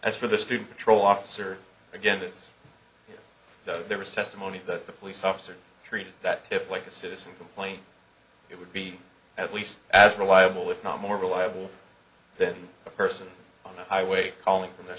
as for the student patrol officer again this there was testimony that the police officer treated that way a citizen complain it would be at least as reliable if not more reliable than a person on the highway calling from their